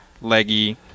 leggy